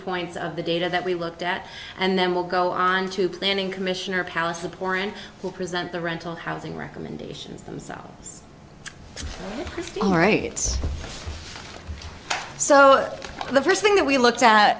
points of the data that we looked at and then we'll go on to planning commissioner palace the plan to present the rental housing recommendations themselves our rates so the first thing that we looked at